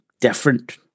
different